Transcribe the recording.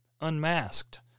unmasked